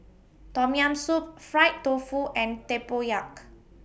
Tom Yam Soup Fried Tofu and Tempoyak